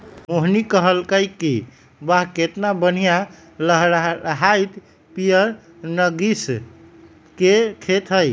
मोहिनी कहलकई कि वाह केतना बनिहा लहराईत पीयर नर्गिस के खेत हई